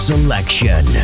Selection